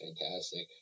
fantastic